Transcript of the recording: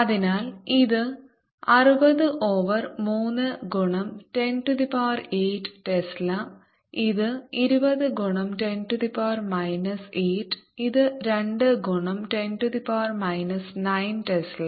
അതിനാൽ ഇത് 60 ഓവർ 3 ഗുണം 108 ടെസ്ല ഇത് 20 ഗുണം 10 8 ഇത് 2 ഗുണം 10 7 ടെസ്ല